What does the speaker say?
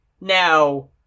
Now